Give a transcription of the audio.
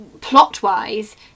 plot-wise